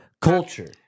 culture